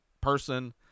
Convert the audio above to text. person